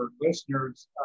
listeners